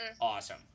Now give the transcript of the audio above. awesome